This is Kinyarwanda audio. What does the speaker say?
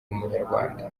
umunyarwanda